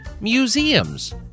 museums